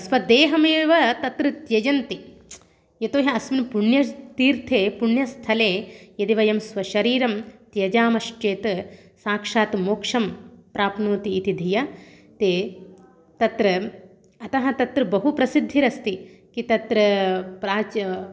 स्वदेहमेव तत्र त्यजन्ति यतो हि अस्मिन् पुण्यतीर्थे पुण्यस्थले यदि वयं स्वशरीरं त्यजामश्चेत् साक्षात् मोक्षं प्राप्नोति इति धिया ते तत्र अतः तत्र बहु प्रसिद्धिरस्ति किं तत्र प्राच्